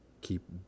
keep